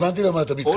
הבנתי למה אתה מתכוון.